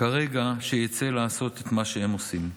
כרגע שיצא לעשות את מה שהם עושים.